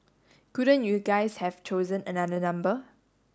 couldn't you guys have chosen another number